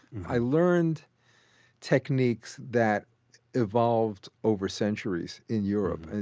i learned techniques that evolved over centuries in europe, and